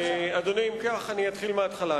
אדוני, אם כך, אתחיל מההתחלה.